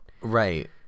right